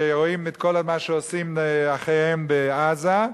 שרואים את כל מה שעושים אחיהם בעזה,